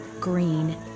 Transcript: green